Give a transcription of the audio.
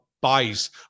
buys